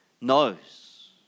knows